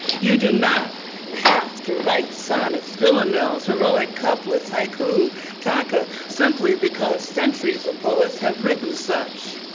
you do not have to write sonnets, villanelles, heroic couplets, haiku tanka, simply because centuries of poets have written such.